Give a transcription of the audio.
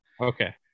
Okay